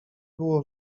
było